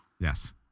Yes